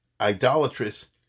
idolatrous